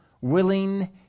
willing